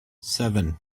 seven